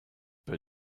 peu